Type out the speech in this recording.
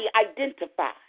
identify